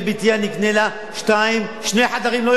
אני אקנה לה שני חדרים ולא יותר,